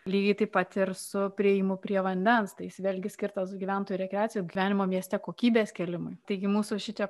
lygiai taip pat ir su priėjimu prie vandens tai jis vėlgi skirtas gyventojų rekreacijai gyvenimo mieste kokybės kėlimui taigi mūsų šičia